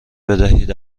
بدهید